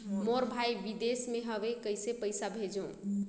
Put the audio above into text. मोर भाई विदेश मे हवे कइसे पईसा भेजो?